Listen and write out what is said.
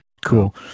Cool